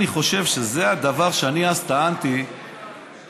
אני חושב שזה הדבר שאני אז טענתי שאצלכם,